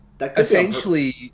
essentially